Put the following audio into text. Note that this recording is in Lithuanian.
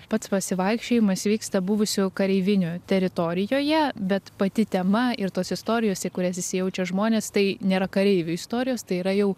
pats pasivaikščiojimas vyksta buvusių kareivinių teritorijoje bet pati tema ir tos istorijos į kurias įsijaučia žmonės tai nėra kareivių istorijos tai yra jau